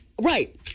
Right